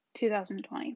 2020